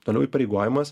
toliau įpareigojimas